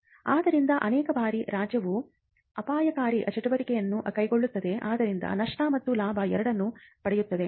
ಆದ್ದರಿಂದ ಅನೇಕ ಬಾರಿ ರಾಜ್ಯವು ಅಪಾಯಕಾರಿ ಚಟುವಟಿಕೆಯನ್ನು ಕೈಗೊಳ್ಳುತ್ತದೆ ಆದ್ದರಿಂದ ನಷ್ಟ ಮತ್ತು ಲಾಭ ಎರಡನ್ನು ಪಡೆಯುತ್ತದೆ